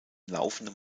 laufenden